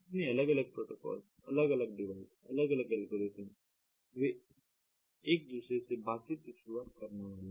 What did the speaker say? कितने अलग अलग प्रोटोकॉल अलग अलग डिवाइस अलग अलग एल्गोरिदम वे एक दूसरे के बातचीत की शुरुआत करने वाले हैं